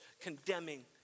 condemning